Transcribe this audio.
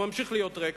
הוא ממשיך להיות ריק,